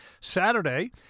Saturday